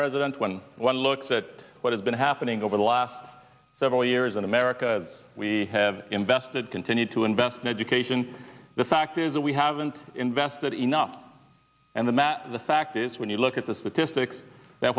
president when one looks at what has been happening over the last several years in america we have invested continue to invest in education the fact is that we haven't invested enough and the math of the fact is when you look at the statistics that